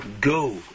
go